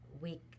week